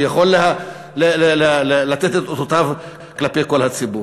שיכול לתת את אותותיו כלפי כל הציבור.